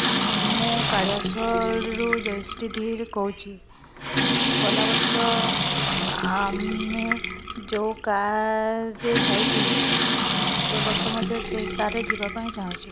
ଆମେ ମୁଁ କାଳିଆ ଜୟଶ୍ରୀ ଧିର କହୁଛି ଗଲାବର୍ଷ ଆମେ ଯେଉଁ କାର୍ରେ ଯାଇଥିଲୁ ଏବର୍ଷ ମଧ୍ୟ ସେଇ କାର୍ରେ ଯିବାପାଇଁ ଚାହୁଁଛୁ